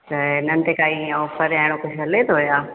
त हिननि ते काई इहा ऑफ़र या अहिड़ो कुझु हले थो या